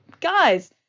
guys